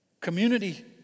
Community